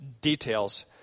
details